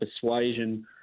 Persuasion